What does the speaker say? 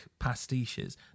pastiches